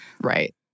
Right